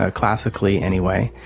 ah classically anyway,